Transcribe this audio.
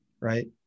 right